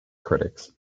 critics